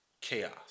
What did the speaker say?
chaos